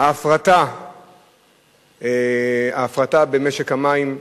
ההפרטה במשק המים,